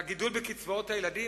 והגידול בקצבאות הילדים,